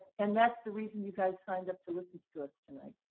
and that's the reason you guys signed up to listen to to us tonight.